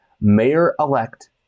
mayor-elect